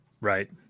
right